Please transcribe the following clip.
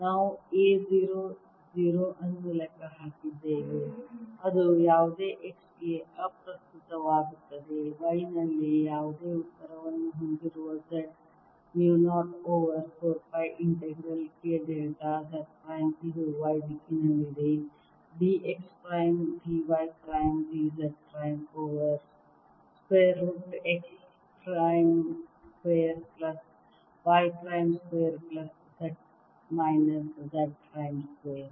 ನಾವು A 0 0 ಅನ್ನು ಲೆಕ್ಕ ಹಾಕಿದ್ದೇವೆ ಅದು ಯಾವುದೇ x ಗೆ ಅಪ್ರಸ್ತುತವಾಗುತ್ತದೆ y ನಲ್ಲಿ ಅದೇ ಉತ್ತರವನ್ನು ಹೊಂದಿರುವ Z mu 0 over 4 pi integral K delta Z prime ಇದು y ದಿಕ್ಕಿನಲ್ಲಿದೆ d x prime d y prime d Z prime over square root x prime square plus y prime square plus Z minus Z prime square